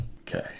Okay